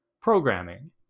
programming